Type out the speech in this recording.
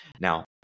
Now